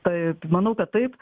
taip manau kad taip